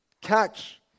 catch